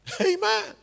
Amen